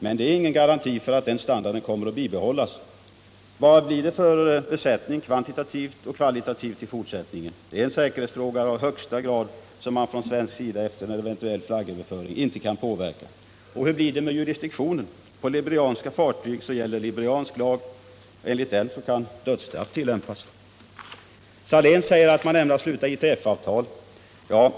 Men det är ingen garanti för att den standarden kommer att bibehållas. Vad blir det för besättningar, kvantitativt och kvalitativt, i fortsättningen? Det är en säkerhetsfråga av högsta grad, som man från svensk sida efter en eventuell flaggöverföring inte kan påverka. Och hur blir det med jurisdiktionen? På liberianska fartyg gäller liberiansk lag. Enligt den kan dödsstraff tillämpas. Saléns säger att man ämnar sluta ITF-avtal.